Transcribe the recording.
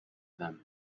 them